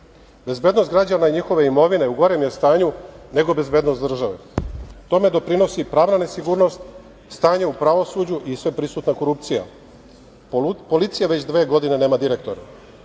Bezbednost građana i njihove imovine u gorem je stanju nego bezbednost države. Tome doprinosi pravna nesigurnost, stanje u pravosuđu i sveprisutna korupcija. Policija već dve godine nema direktora.